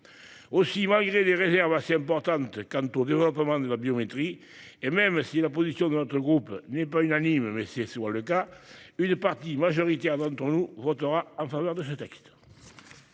Aussi, malgré des réserves assez importantes quant au développement de la biométrie, et même si la position de notre groupe n'est pas unanime- c'est souvent le cas -, une partie majoritaire d'entre nous votera en faveur de cette